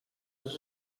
els